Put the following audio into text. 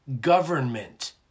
government